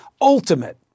ultimate